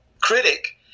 critic